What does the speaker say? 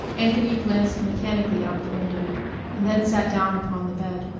anthony glanced mechanically out the window and then sat down upon the bed.